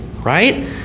right